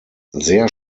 sehr